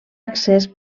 accés